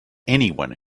anyone